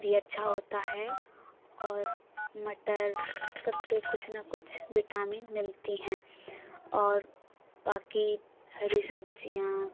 भी अच्छा होता है और मटर सब से कुछ ना कुछ विटामिन मिलती हैं और बाक़ी हरी सब्ज़ियाँ